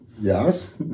yes